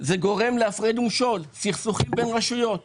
זה גורם להפרד ומשול, לסכסוכים בין רשויות.